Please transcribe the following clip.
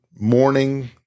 morning